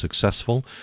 successful